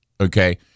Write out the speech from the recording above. okay